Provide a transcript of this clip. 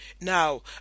now